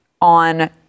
on